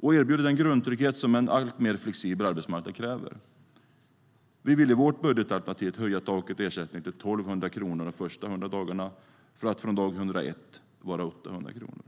och erbjuda den grundtrygghet som en alltmer flexibel arbetsmarknad kräver. Vi vill i vårt budgetalternativ höja taket i ersättningen till 1 200 kronor de första 100 dagarna för att från dag 101 vara 800 kronor.